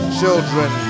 children